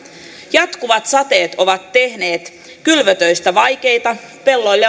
jatkuvat sateet ovat tehneet kylvötöistä vaikeita pelloille